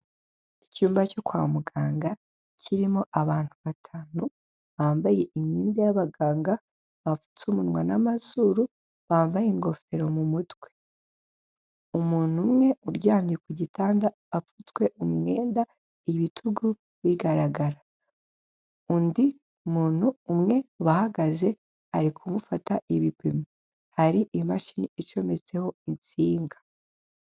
Icyumba cyo kwa muganga, kirimo abantu batanu bambaye imyenda y'abaganga bapfutse umunwa n'amazuru bambaye ingofero mu mutwe, umuntu umwe uryamye ku gitanda apfutswe umwenda ibitugu bigaragara, undi muntu umwe mubahagaze ari kumufata ibipimo, hari imashini icometseho insinga.